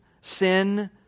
sin